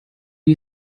you